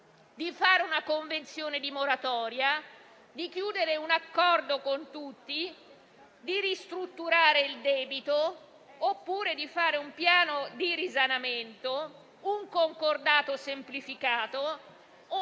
di fare una convenzione di moratoria, di chiudere un accordo con tutti, di ristrutturare il debito oppure di fare un piano di risanamento, un concordato semplificato